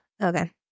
Okay